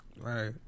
Right